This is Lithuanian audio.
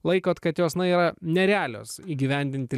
laikot kad jos na yra nerealios įgyvendinti